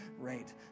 right